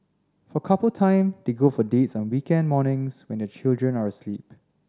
for couple time they go for dates on weekend mornings when their children are asleep